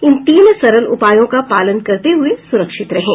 इन तीन सरल उपायों का पालन करते हुए सुरक्षित रहें